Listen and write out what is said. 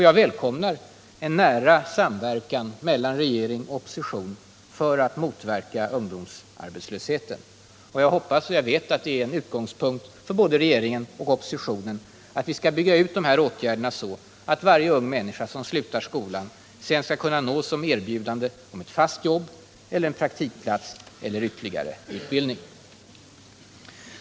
Jag välkomnar en nära samverkan mellan regering och opposition för att motverka ungdomsarbetslösheten. Jag hoppas — ja, jag vet att det är en utgångspunkt för både regeringen och oppositionen — att vi skall bygga ut de här åtgärderna så, att varje ung människa som slutar skolan sedan skall kunna nås av erbjudande om ett fast jobb eller en praktikplats eller ytterligare utbildning.